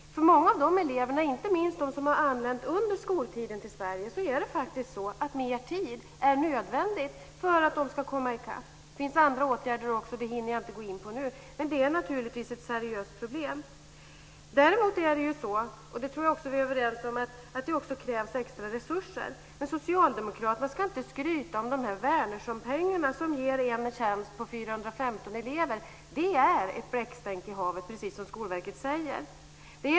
För många av de eleverna, inte minst de som har anlänt till Sverige under skoltiden, är mer tid faktiskt nödvändig för att de ska komma i kapp. Det finns andra åtgärder också. Dem hinner jag inte gå in på nu. Men det är naturligtvis ett seriöst problem. Däremot är det så, och det tror jag också att vi är överens om, att det också krävs extra resurser. Men Socialdemokraterna ska inte skryta om Wärnerssonpengarna som ger en tjänst på 415 elever. Det är ett bläckstänk i havet, precis som Skolverket säger.